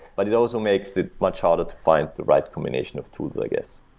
but it also makes it much harder to find the right combination of tools, i guess.